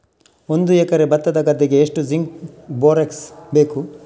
ಒಂದು ಎಕರೆ ಭತ್ತದ ಗದ್ದೆಗೆ ಎಷ್ಟು ಜಿಂಕ್ ಬೋರೆಕ್ಸ್ ಬೇಕು?